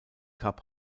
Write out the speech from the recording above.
cup